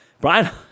Brian